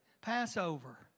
Passover